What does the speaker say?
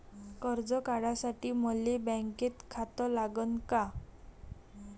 कर्ज काढासाठी मले बँकेत खातं लागन का?